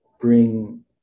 bring